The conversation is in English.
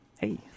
Hey